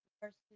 first